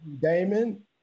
Damon